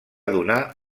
donar